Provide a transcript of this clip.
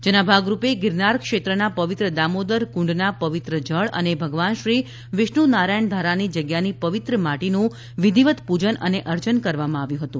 જેના ભાગરૂપે ગિરનાર ક્ષેત્રના પવિત્ર દામોદરકુંડના પવિત્ર જળ અને ભગવાનશ્રી વિષ્ણુ નારાયણ ધારાની જગ્યાની પવિત્ર માટીનું વિધિવત પૂજન અને અર્ચન કરવામાં આવ્યું હતું